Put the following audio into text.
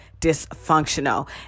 dysfunctional